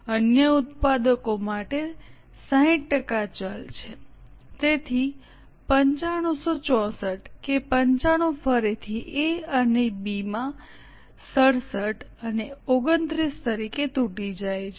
અન્ય ઉત્પાદકો માટે 60 ટકા ચલ છે તેથી 9564 કે 95 ફરીથી એ અને બી માં 67 અને 29 તરીકે તૂટી જાય છે